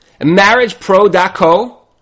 MarriagePro.co